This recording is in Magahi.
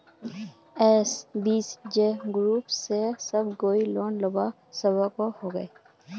एस.एच.जी ग्रूप से सब कोई लोन लुबा सकोहो होबे?